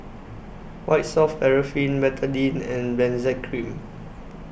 White Soft Paraffin Betadine and Benzac Cream